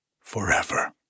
forever